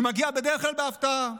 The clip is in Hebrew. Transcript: שמגיעה בדרך כלל בהפתעה,